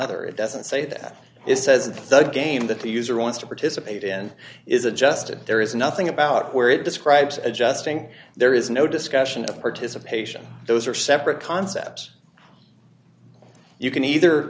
another it doesn't say that it says the game that the user wants to participate in is adjusted there is nothing about where it describes adjusting there is no discussion of participation those are separate concepts you can either